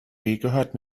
gehört